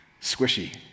squishy